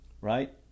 Right